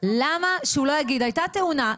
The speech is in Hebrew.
למה שהוא לא יגיד: הייתה תאונה.